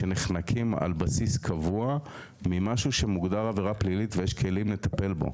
שנחנקים על בסיס קבוע ממשהו שמוגדר עבירה פלילית ויש כלים לטפל בו,